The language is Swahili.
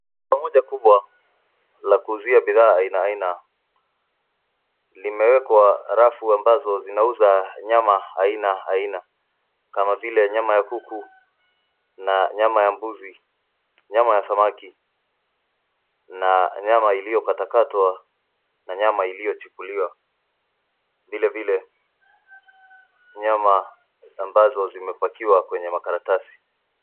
Duka moja kubwa la kuuzia bidhaa aina aina limewekwa rafu ambazo zinauza nyama aina aina kama vile nyama ya kuku, na nyama ya mbuzi, nyama ya samaki na nyama iliyokatakatwa na nyama iliyochipuliwa. Vilevile nyama ambazo zimepakiwa kwenye makaratasi.